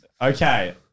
Okay